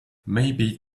maybe